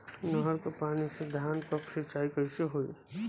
नहर क पानी से धान क सिंचाई कईसे होई?